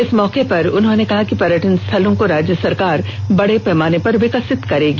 इस मौके पर उन्होंने कहा कि पर्यटन स्थलों को राज्य सरकार बड़े पैमाने पर विकसित करेगी